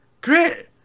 great